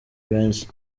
benshi